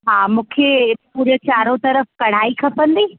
हा मूंखे पूरे चारो तरफ़ कढ़ाई खपंदी